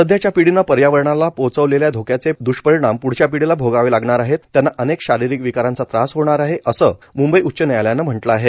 सध्याच्या पिढीनं पर्यावरणाला पोचवलेल्या धोक्याचे द्वष्परिणाम पृढच्या पिढीला भोगावे लागणार आहेत त्यांना अनेक शारिरीक विकारांचा त्रास होणार आहे असं मुंबई उच्य न्यायालयानं म्हटलं आहे